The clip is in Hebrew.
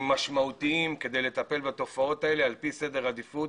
משמעותיים כדי לטפל בתופעות האלה על פי סדר עדיפות.